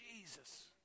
Jesus